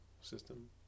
system